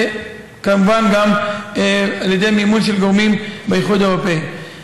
וכמובן על ידי מימון גורמים באיחוד האירופי.